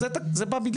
זה בא,